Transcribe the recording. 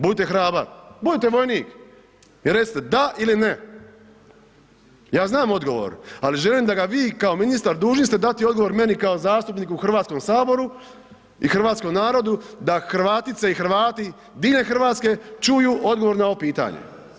Budite hrabra, budite vojnik i recite da ili ne. ja znam odgovor ali želim da ga vi kao ministar dužni ste dati odgovor meni kao zastupniku u Hrvatskom saboru i hrvatskom narodu da Hrvatice i Hrvati diljem Hrvatske čuju odgovor na ovo pitanje.